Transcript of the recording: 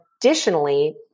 additionally